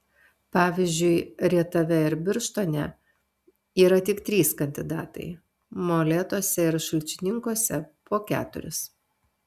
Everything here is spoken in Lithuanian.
pavyzdžiui rietave ir birštone yra tik trys kandidatai molėtuose ir šalčininkuose po keturis